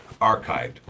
archived